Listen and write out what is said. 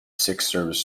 service